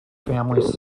family